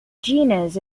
genus